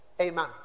Amen